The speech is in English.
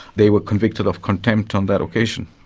they were convicted of contempt on that occasion.